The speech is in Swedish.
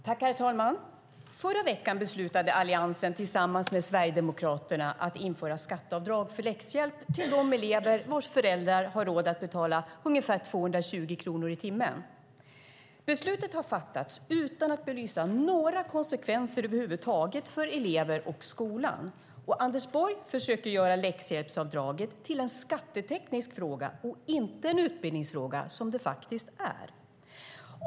Herr talman! I förra veckan beslutade Alliansen tillsammans med Sverigedemokraterna att införa skatteavdrag för läxhjälp till de elever vars föräldrar har råd att betala ungefär 220 kronor i timmen. Beslutet har fattats utan att man har belyst några konsekvenser över huvud taget för elever och skola. Anders Borg försöker göra läxhjälpsavdraget till en skatteteknisk fråga och inte en utbildningsfråga, som det faktiskt är.